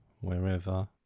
wherever